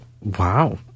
Wow